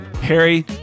Harry